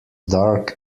dark